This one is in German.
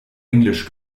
englisch